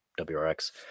wrx